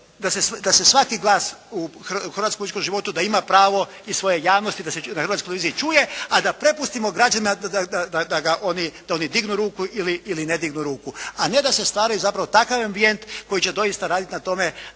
da se svaki glas u hrvatskom političkom životu da ima pravo i svoje javnosti da se na Hrvatskoj televiziji čuje a da prepustimo građanima da oni dignu ruku ili ne dignu ruku, a ne da se stvara zapravo takav ambijent koji će doista raditi na tome